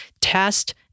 test